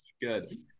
good